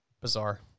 Bizarre